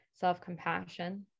self-compassion